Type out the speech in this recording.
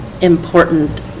important